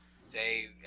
say